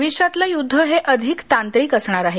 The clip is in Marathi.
भविष्यातलं युद्ध हे अधिक तांत्रिक असणार आहे